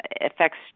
affects